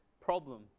problem